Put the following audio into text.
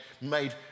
made